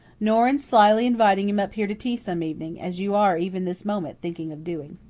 nor in slyly inviting him up here to tea some evening, as you are even this moment thinking of doing.